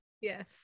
Yes